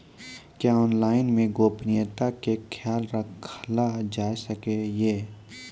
क्या ऑनलाइन मे गोपनियता के खयाल राखल जाय सकै ये?